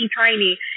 tiny